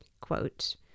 quote